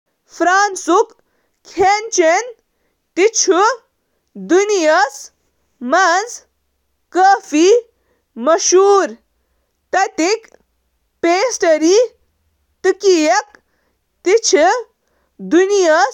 گاڈٕ چھِ کھٮ۪نَن منٛز وُچھنہٕ یِوان، یِمَن منٛز اکثر بیورے بلانک سوس، سۭتۍ سۭتۍ جنگلی کھیل، لیمب، بچھرٕ، چارولیس مویشی، گیلین پرندٕ تہٕ بکری پنیر سۭتۍ پیش یِوان کرنہٕ۔ فرانسیسی ضِیافتن ہٕنٛز خصوٗصیت چھِ واریٛاہ قٕسمٕک اجزا استعمال کرنہٕ سۭتۍ، یتھ منٛز ماز، سمندری غذا، سبزی تہٕ